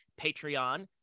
patreon